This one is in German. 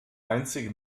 einzige